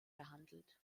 behandelt